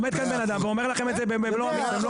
עומד כאן בן אדם ואומר לכם את זה במלוא ההגינות.